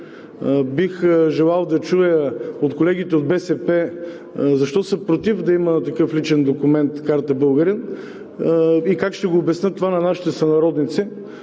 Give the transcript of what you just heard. Бих желал да чуя от колегите от БСП защо са против да има такъв личен документ – „карта българин“. Как ще го обясните това на нашите сънародници